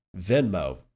Venmo